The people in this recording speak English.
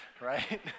right